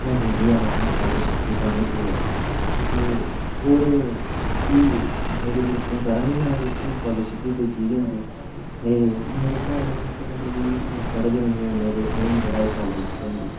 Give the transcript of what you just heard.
में समझी गेआ में हा स्कालरशिप दी क्हानी एह् ऐ ते होर फ्ही मेरे दोस्तें गी पता नेईं हा किश कि स्कालरशिप बी कोई चीज होंदी मेरे घर आह्ले बी पढे़ दे नेईं हैन इन्ने ते उ'नें गी बी नेईं पता हा स्कालरशिप केह् होंदी